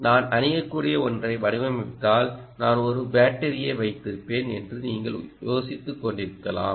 நான் அணியக்கூடிய ஒன்றை வடிவமைத்தால் நான் ஒரு பேட்டரியை வைத்திருப்பேன் என்று நீங்கள் யோசித்துக்கொண்டிருக்கலாம்